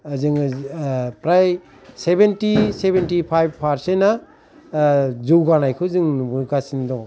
जोङो फ्राय seventy seventy five फारसेना जौगानायखौ जों नुबोगासिनो दङ